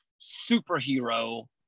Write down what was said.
superhero